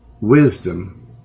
wisdom